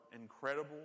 incredible